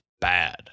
bad